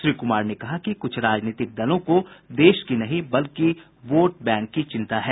श्री कुमार ने कहा कि कुछ राजनीतिक दलों को देश की नहीं बल्कि वोट बैंक की चिंता है